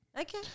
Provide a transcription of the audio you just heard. Okay